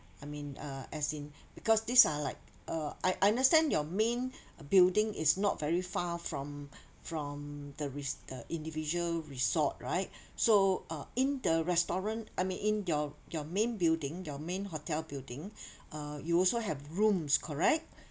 I mean uh as in because these are like uh I I understand your main building is not very far from from the re~ the individual resort right so uh in the restaurant I mean in your your main building your main hotel building uh you also have rooms correct